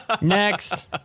Next